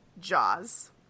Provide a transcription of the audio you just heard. Jaws